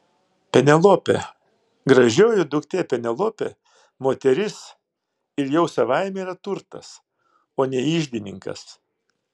penelopė gražioji duktė penelopė moteris ir jau savaime yra turtas o ne iždininkas